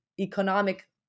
economic